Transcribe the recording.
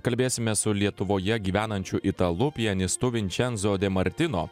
kalbėsimės su lietuvoje gyvenančiu italu pianistu vinčenzo de martino